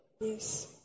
Yes